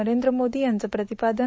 नरेंद्र मोदी यांचं प्रतिपादन